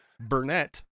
Burnett